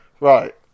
Right